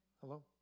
Hello